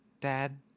dad